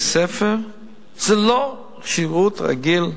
השירות בבתי-הספר זה לא שירות רגיל,